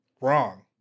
Wrong